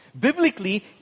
Biblically